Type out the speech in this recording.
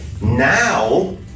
Now